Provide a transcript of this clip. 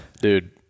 Dude